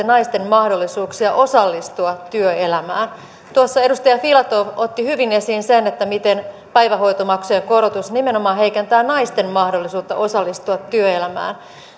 naisten mahdollisuuksia osallistua työelämään tuossa edustaja filatov otti hyvin esiin sen miten päivähoitomaksujen korotus nimenomaan heikentää naisten mahdollisuutta osallistua työelämään